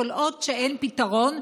כל עוד אין פתרון,